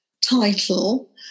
title